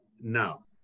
No